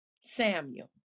Samuel